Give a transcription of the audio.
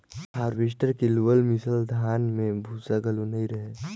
harvester के लुअल मिसल धान में भूसा घलो नई रहें